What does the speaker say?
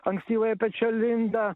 ankstyvąją pečialindą